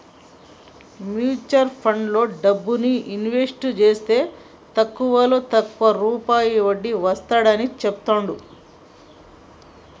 mutual ఫండ్లలో డబ్బుని invest జేస్తే తక్కువలో తక్కువ రూపాయి వడ్డీ వస్తాడని చెబుతాండ్రు